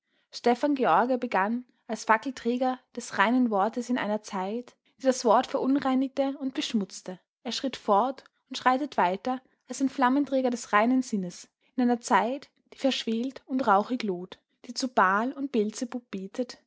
stefan george begann als fackelträger des reinen wortes in einer zeit die das wort verunreinigte und beschmutzte er schritt fort und schreitet weiter als ein flammenträger des reinen sinnes in einer zeit die verschwelt und rauchig loht die zu baal und beelzebub